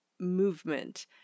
Movement